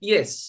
Yes